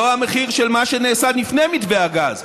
לא המחיר של מה שנעשה לפני מתווה הגז,